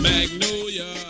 Magnolia